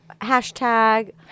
hashtag